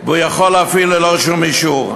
והוא יכול להפעיל ללא שום אישור,